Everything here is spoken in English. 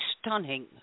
stunning